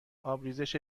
آبریزش